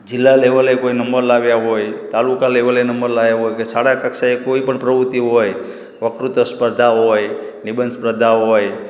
જિલ્લા લેવલે કોઈ નંબર લાવ્યાંં હોય તાલુકા લેવલે નંબર લાવ્યાં હોય કે શાળા કક્ષાએ કોઈ પણ પ્રવૃત્તિ હોય વક્તૃત્ત્વ સ્પર્ધા હોય નિબંધ સ્પર્ધા હોય